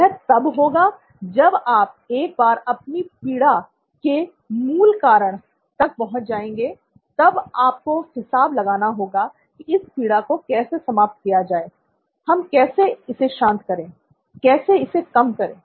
यह तब होगा जब आप एक बार अपनी पीड़ा के मूल कारण तक पहुंच जाएंगे तब आपको हिसाब लगाना होगा कि इस पीड़ा को कैसे समाप्त किया जाए हम कैसे इसे शांत करें कैसे इसे कम करें